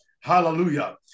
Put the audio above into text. Hallelujah